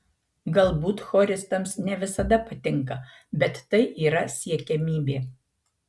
galbūt choristams ne visada patinka bet tai yra siekiamybė